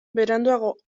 beranduago